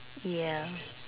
yeah